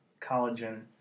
collagen